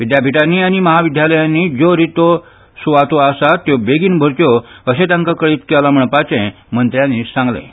विद्यापीठांनी आनी महाविद्यालयांनी ज्यो रित्यो सुवातो आसात त्यो बेगीन भरच्यो अशें तांका कळीत केलां म्हणपाचें मंत्र्यांनी सांगलें